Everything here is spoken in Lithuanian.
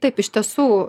taip iš tiesų